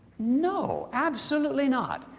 no, absolutely not.